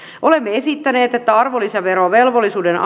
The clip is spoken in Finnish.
olemme esittäneet että arvonlisäverovelvollisuuden alarajan